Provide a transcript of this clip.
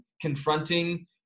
confronting